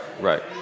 right